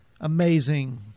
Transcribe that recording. amazing